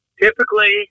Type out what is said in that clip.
typically